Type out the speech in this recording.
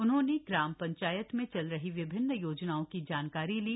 उन्होंने ग्राम पंचायत में चल रही विभिन्न योजनाओं की जानकारी ली